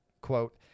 Quote